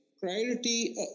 Priority